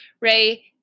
Ray